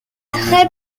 très